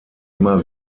immer